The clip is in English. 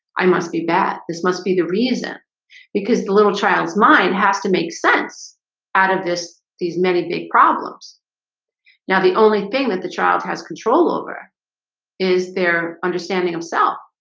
i must be bad. this must be the reason because the little child's mind has to make sense out of this these many big problems now the only thing that the child has control over is their understanding himself.